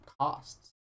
costs